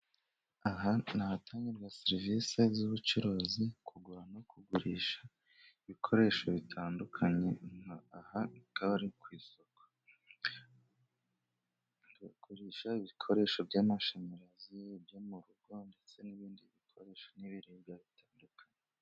Aha hatangirwa serivisi z'ubucuruzi, kugura no kugurisha ibikoresho bitandukanye, aha hakaba hari isoko ry'ibikoresho by'amashanyarazi, ibyo mu rugo, ndetse n'ibindi bikoresho n'ibiribwa bitandukanye.